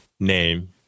Name